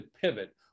pivot